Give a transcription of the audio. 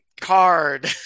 Card